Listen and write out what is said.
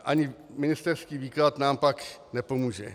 Ani ministerský výklad nám pak nepomůže.